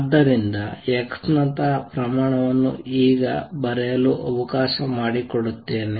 ಆದ್ದರಿಂದ x ನಂತಹ ಪ್ರಮಾಣವನ್ನು ಈಗ ಬರೆಯಲು ಅವಕಾಶ ಮಾಡಿಕೊಡುತ್ತೇನೆ